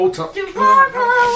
Tomorrow